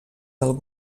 del